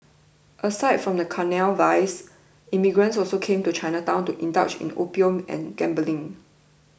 aside from carnal vice immigrants also came to Chinatown to indulge in opium and gambling